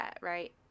right